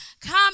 come